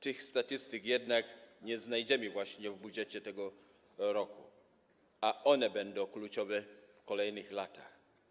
Tych statystyk nie znajdziemy jednak w budżecie tego roku, a one będą kluczowe w kolejnych latach.